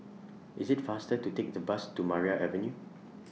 IS IT faster to Take The Bus to Maria Avenue